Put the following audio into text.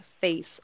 face